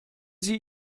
sie